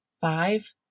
five